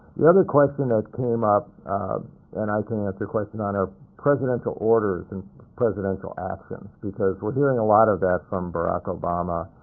the other question that came up and i can answer questions on are presidential orders and presidential actions, because we're hearing a lot of that from barack obama.